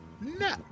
no